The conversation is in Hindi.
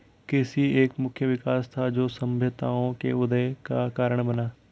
कृषि एक मुख्य विकास था, जो सभ्यताओं के उदय का कारण बना